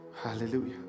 hallelujah